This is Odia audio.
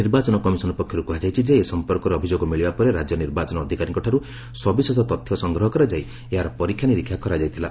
ନିର୍ବାଚନ କମିଶନ ପକ୍ଷରୁ କୁହାଯାଇଛି ଯେ ଏ ସଂପର୍କରେ ଅଭିଯୋଗ ମିଳିବା ପରେ ରାଜ୍ୟ ନିର୍ବାଚନ ଅଧିକାରୀଙ୍କଠାରୁ ସବିଶେଷ ତଥ୍ୟ ସଂଗ୍ରହ କରାଯାଇ ଏହାର ପରୀକ୍ଷା ନିରୀକ୍ଷା କରାଯାଇଥିଲା